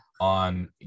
on